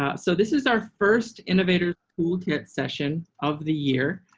ah so this is our first innovators toolkit session of the year.